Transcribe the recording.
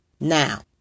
Now